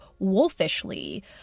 Wolfishly